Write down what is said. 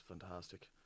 fantastic